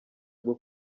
bwo